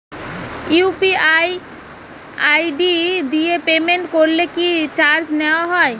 UPI ID দিয়ে payment করলে কি চার্জ নেয়া হয়?